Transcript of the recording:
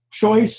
choice